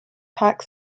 pack